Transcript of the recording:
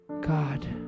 God